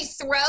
throw